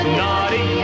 naughty